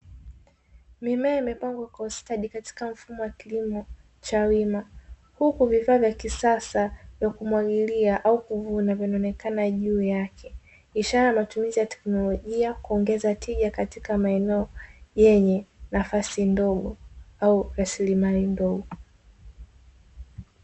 Mimea imepangwa kwa ustadi katika mfumo wa kilimo cha wima, huku vifaa vya kisasa vya kumwagilia au kuvuna vinaonekana juu yake; ishara ya matumizi ya teknolojia kuongeza tija katika maeneo yenye nafasi ndogo au rasilimali ndogo.